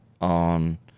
on